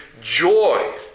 joy